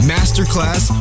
Masterclass